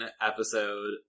episode